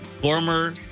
former